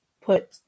put